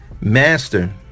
Master